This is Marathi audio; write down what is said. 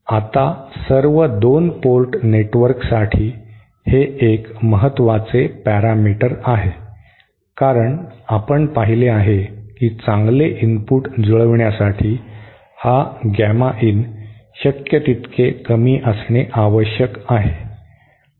आता सर्व 2 पोर्ट नेटवर्कसाठी हे एक महत्त्वाचे पॅरामीटर आहे कारण आपण पाहिले आहे की चांगले इनपुट जुळविण्यासाठी हा गॅमा इन शक्य तितके कमी असणे आवश्यक आहे